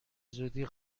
زودی